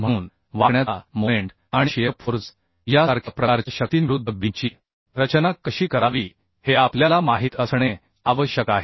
म्हणून बेन्डीगचा मोमेंट आणि शिअर फोर्स यासारख्या प्रकारच्या शक्तींविरुद्ध बीमची रचना कशी करावी हे आपल्याला माहित असणे आवश्यक आहे